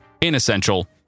Inessential